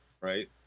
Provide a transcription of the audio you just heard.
right